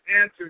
answer